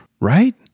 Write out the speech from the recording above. right